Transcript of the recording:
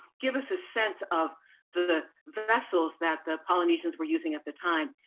give us a sense of the vessels that the polynesians were using at the time.